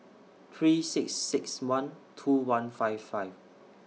three six six one two one five five